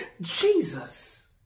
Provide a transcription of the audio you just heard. Jesus